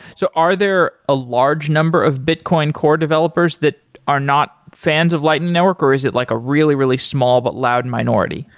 so are there a large number of bitcoin core developers that are not fans of lightning network or is it like a really, really small but loud minority?